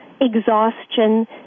exhaustion